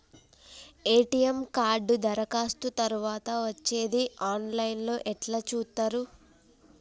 ATM card దరఖాస్తు తరువాత వచ్చేది ఆన్ లైన్ లో ఎట్ల చూత్తరు?